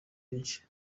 benshi